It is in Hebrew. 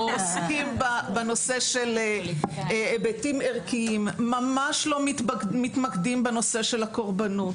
עוסקים בנושא של היבטים ערכיים וממש לא מתמקדים בנושא של הקורבנות.